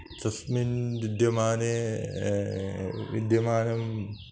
तस्मिन् विद्यमाने विद्यमानं